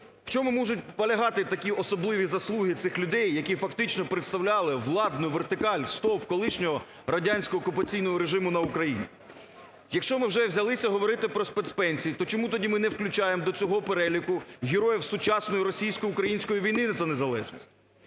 В чому можуть полягати такі особливі заслуги тих людей, які фактично представляли владну вертикаль ……….. колишнього радянського окупаційного режиму на Україні? Якщо ми вже взялися говорити про спецпенсії, то чому ми тоді не включаємо до цього переліку героїв сучасної російсько-української війни за незалежність?